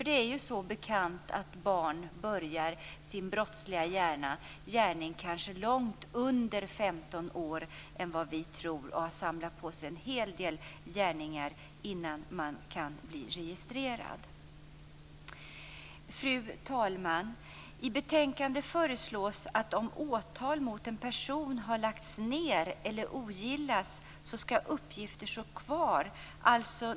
Det är som bekant så, att barn börjar sin brottsliga gärning när de är långt mycket yngre än vad vi tror. De har samlat på sig en hel del gärningar innan de kan bli registrerade. Fru talman! I betänkandet föreslås att uppgifter skall stå kvar om åtal mot en person har lagts ned eller ogillats.